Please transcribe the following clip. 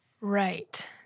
Right